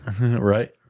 Right